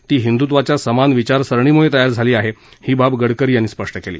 ती हिंदुत्वाच्या समान विचारसरणीमुळे तयार झाली आहे ही बाब गडकरी यांनी स्पष्ट केली